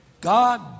God